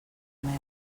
mel